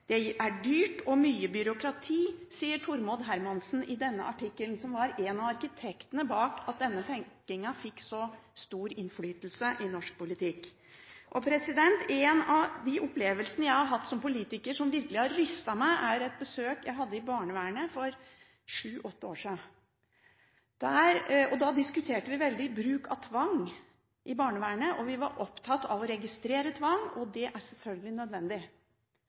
Det er dyrt og mye byråkrati, sier Tormod Hermansen i denne artikkelen. Han var en av arkitektene bak det at denne typen tenkning fikk så stor innflytelse i norsk politikk. En av de opplevelsene jeg har hatt som politiker, som virkelig har rystet meg, er et besøk jeg hadde i barnevernet for sju–åtte år siden. Da diskuterte vi bruk av tvang i barnevernet. Vi var opptatt av å registrere tvang – det er selvfølgelig nødvendig.